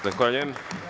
Zahvaljujem.